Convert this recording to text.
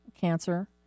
cancer